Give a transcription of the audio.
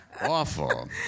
awful